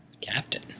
Captain